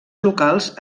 locals